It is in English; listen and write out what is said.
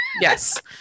yes